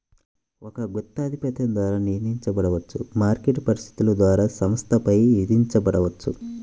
ఒక గుత్తాధిపత్యం ధర నిర్ణయించబడవచ్చు, మార్కెట్ పరిస్థితుల ద్వారా సంస్థపై విధించబడవచ్చు